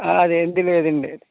అది ఏమీ లేదు అండి